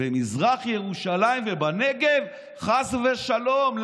במזרח ירושלים ובנגב, חס ושלום.